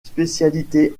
spécialité